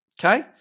okay